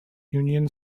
union